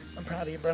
i'm proud of you. but